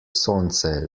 sonce